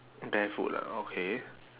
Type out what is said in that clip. barefoot ah okay